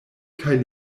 kaj